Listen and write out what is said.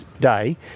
day